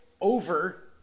Over